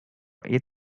eat